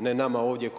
ne nama ovdje